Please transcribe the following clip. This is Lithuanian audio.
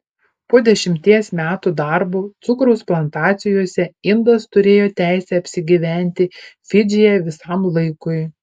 po dešimties metų darbo cukraus plantacijose indas turėjo teisę apsigyventi fidžyje visam laikui